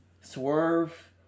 swerve